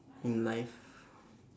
in life